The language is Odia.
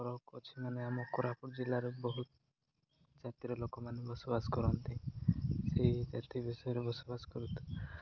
ଫରକ ଅଛି ମାନେ ଆମ କୋରାପୁଟ ଜିଲ୍ଲାର ବହୁତ ଜାତିର ଲୋକମାନେ ବସବାସ କରନ୍ତି ସେଇ ଜାତି ବିଷୟରେ ବସବାସ କରନ୍ତି